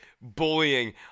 bullying